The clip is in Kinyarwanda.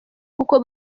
kuko